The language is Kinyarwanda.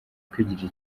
kwigirira